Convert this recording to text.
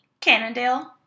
Cannondale